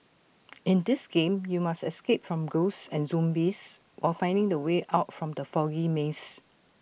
in this game you must escape from ghosts and zombies while finding the way out from the foggy maze